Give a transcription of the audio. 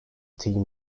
team